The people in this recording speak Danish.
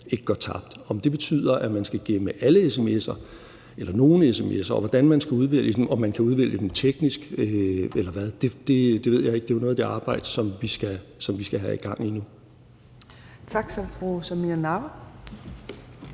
ikke går tabt. Om det betyder, at man skal gemme alle sms'er eller nogle sms'er, og hvordan man skulle udvælge dem, og om man kan udvælge dem teknisk, eller hvad ved jeg, ved jeg ikke. Det er jo noget af det arbejde, som vi skal have gang i. Kl. 13:22 Tredje